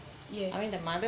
yes